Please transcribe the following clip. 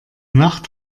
nacht